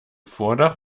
vordach